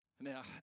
Now